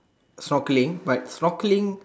snorkelling but snorkelling